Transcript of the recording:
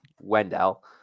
Wendell